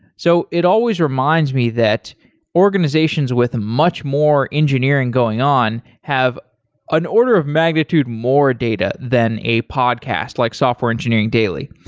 so it always reminds me that organizations with much more engineering going on have an order of magnitude more data than a podcast like software engineering daily,